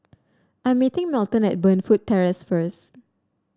I'm meeting Melton at Burnfoot Terrace first